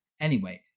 anyway,